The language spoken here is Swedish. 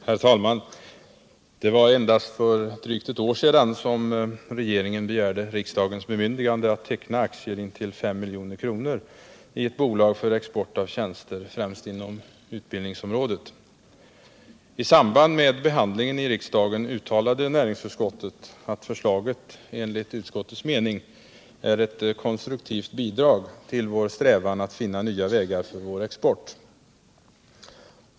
Herr talman! Det var bara för drygt ett år sedan som regeringen begärde riksdagens bemyndigande att teckna aktier intill 5 milj.kr. i ett bolag för export av tjänster främst inom utbildningsområdet. I samband med behandlingen i riksdagen uttalade näringsutskottet att förslaget enligt utskottets mening var ett konstruktivt bidrag till vår strävan att finna nya vägar för vår export.